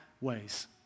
ways